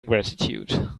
gratitude